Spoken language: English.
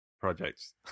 projects